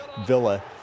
Villa